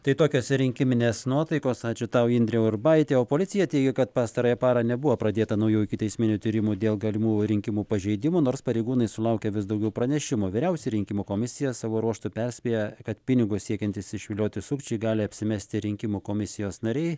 tai tokios rinkiminės nuotaikos ačiū tau indrė urbaitė o policija teigia kad pastarąją parą nebuvo pradėta naujų ikiteisminių tyrimų dėl galimų rinkimų pažeidimų nors pareigūnai sulaukia vis daugiau pranešimų vyriausia rinkimų komisija savo ruožtu perspėja kad pinigus siekiantys išvilioti sukčiai gali apsimesti rinkimų komisijos nariais